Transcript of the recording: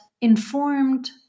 informed